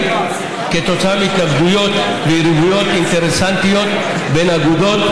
כתוצאה מהתנגדויות ויריבויות אינטרסנטיות בין אגודות,